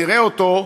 נראה אותו,